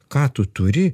ką tu turi